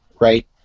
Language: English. right